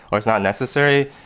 or it's not necessary.